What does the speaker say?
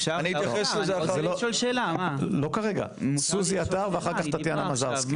אפשרות פטור למי שלא סיים אולפן מדיני של משרד החינוך,